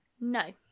No